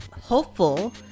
hopeful